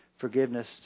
forgiveness